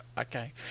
Okay